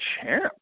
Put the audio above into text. champ